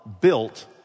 built